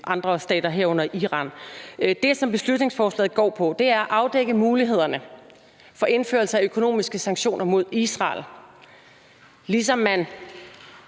andre stater, herunder Iran. Det, som beslutningsforslaget går på, er at afdække mulighederne for indførelse af økonomiske sanktioner mod Israel, ligesom man